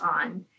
on